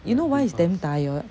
you know why it's damn tired